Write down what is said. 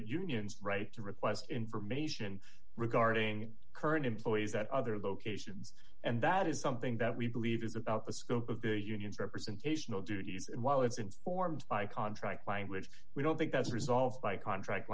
union's right to request information regarding current employees at other locations and that is something that we believe is about the scope of the union's representational duties and while it's informed by contract language we don't think that's resolved by contract